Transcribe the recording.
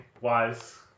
Wise